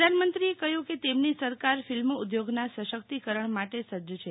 પ્રધાનમંત્રીએ કહ્યું કે તેમની સરકાર ફિલ્મ ઉદ્યોગના સશક્તિકરણ માટે સજજ છે